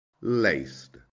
laced